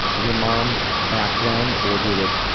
your mom back then or did it,